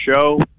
show